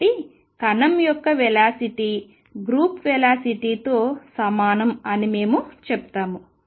కాబట్టి కణం యొక్క వెలాసిటీ గ్రూప్ వెలాసిటీతో సమానం అని మేము చెప్తాము